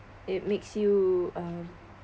it makes you uh